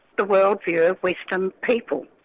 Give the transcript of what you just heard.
the world view of western people.